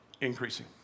increasing